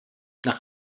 nach